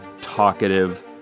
talkative